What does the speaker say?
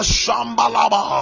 Shambalaba